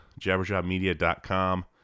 jabberjawmedia.com